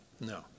No